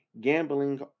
gambling